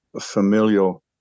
familial